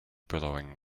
billowing